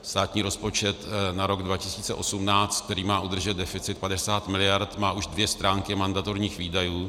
Státní rozpočet na rok 2018, který má udržet deficit 50 miliard, má už dvě stránky mandatorních výdajů.